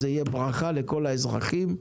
זה יהיה ברכה לכל האזרחים.